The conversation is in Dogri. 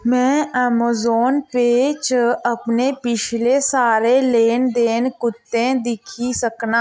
में अमेज़ॉन पेऽ च अपने पिछले सारे लैन देन कु'त्थै दिक्खी सकनां